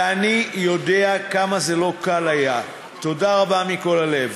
ואני יודע כמה לא קל זה היה, תודה רבה מכל הלב.